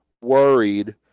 worried